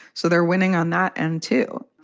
so they're winning on that end, too.